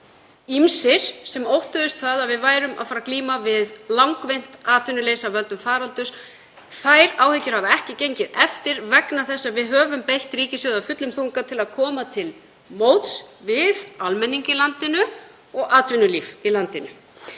ýmsir sem óttuðust að við værum að fara að glíma við langvinnt atvinnuleysi af völdum faraldursins. Þær áhyggjur hafa ekki gengið eftir vegna þess að við höfum beitt ríkissjóði af fullum þunga til að koma til móts við almenning í landinu og atvinnulífið í landinu.